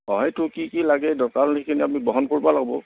অঁ সেইটো কি কি লাগে দৰকাৰ যিখিনি আমি বহন কৰিব লাগিব